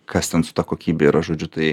kas ten su ta kokybė yra žodžiu tai